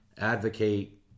Advocate